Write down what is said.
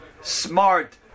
smart